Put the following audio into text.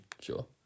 sure